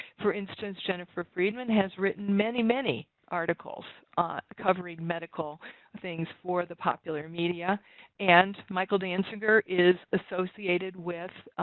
for instance jennifer freeman has written many many articles covering medical things for the popular media and michael to answer is associated with